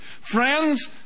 friends